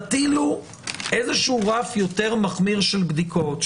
תטילו איזה שהוא רף יותר מחמיר של בדיקות,